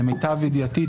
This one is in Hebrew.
למיטב ידיעתי,